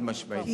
חד-משמעית.